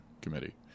Committee